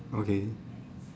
okay